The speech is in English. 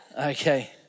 Okay